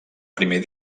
primer